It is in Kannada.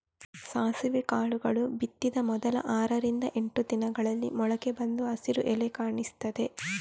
ಸಾಸಿವೆ ಕಾಳುಗಳು ಬಿತ್ತಿದ ಮೊದಲ ಆರರಿಂದ ಎಂಟು ದಿನಗಳಲ್ಲಿ ಮೊಳಕೆ ಬಂದು ಹಸಿರು ಎಲೆ ಕಾಣಿಸ್ತದೆ